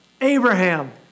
Abraham